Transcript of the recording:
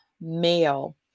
male